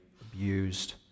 abused